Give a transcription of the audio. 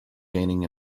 gaining